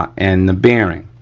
and the bearing.